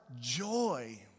joy